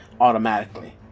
automatically